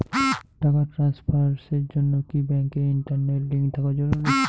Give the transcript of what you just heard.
টাকা ট্রানস্ফারস এর জন্য কি ব্যাংকে ইন্টারনেট লিংঙ্ক থাকা জরুরি?